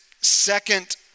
second